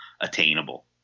attainable